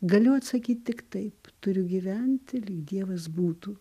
galiu atsakyti tik taip turiu gyventi lyg dievas būtų